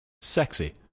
sexy